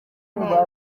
neza